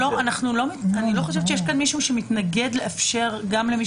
אני לא חושבת שיש כאן מישהו שמתנגד לאפשר גם למי